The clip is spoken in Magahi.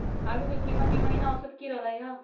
आलू के कीमत ई महिना औसत की रहलई ह?